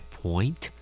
point